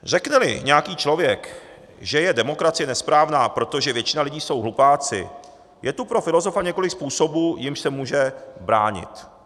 Řekneli nějaký člověk, že je demokracie nesprávná, protože většina lidí jsou hlupáci, je tu pro filozofa několik způsobů, jimiž se může bránit.